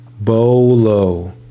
Bolo